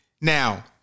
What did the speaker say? Now